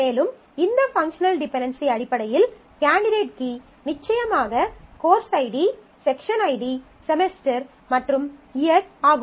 மேலும் இந்த functional dependency அடிப்படையில் கேண்டிடேட் கீ நிச்சயமாக course ID section ID semester மற்றும் இயர் ஆகும்